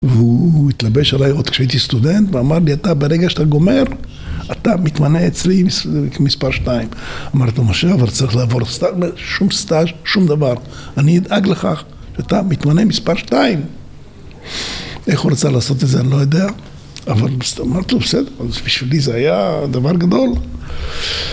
והוא התלבש עליי עוד כשהייתי סטודנט ואמר לי אתה ברגע שאתה גומר אתה מתמנה אצלי מספר שתיים. אמרתי לו משה אבל צריך לעבור סטאז'. הוא אומר, שום סטאג', שום דבר אני אדאג לכך שאתה מתמנה מספר שתיים. איך הוא רצה לעשות את זה אני לא יודע אבל אמרתי לו בסדר אז בשבילי זה היה דבר גדול